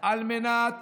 על מנת